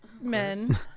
men